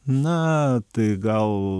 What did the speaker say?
na tai gal